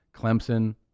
Clemson